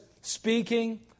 speaking